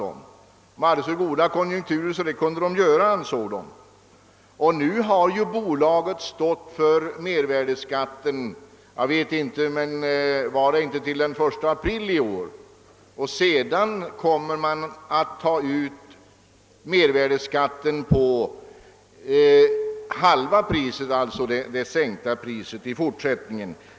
Bolaget hade så goda konjunkturer att det ansåg sig kunna göra detta, och nu har ju bolaget stått för mervärdeskatten fram till den 1 april i år, om jag inte tar fel. I fort sättningen kommer det att ta ut mervärdeskatten på halva priset, det vill säga på det sänkta priset.